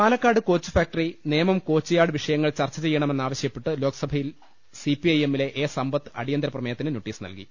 Palakkad coach factory Nemom coach yard വിഷയ ങ്ങൾ ചർച്ച ചെയ്യണമെന്നാവശ്യപ്പെട്ട് ലോക്സഭയിൽ സിപിഐ എമ്മിലെ എ സമ്പത്ത് അടിയന്തരപ്രമേയത്തിന് നോട്ടീസ് നൽകി